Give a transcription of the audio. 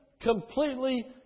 completely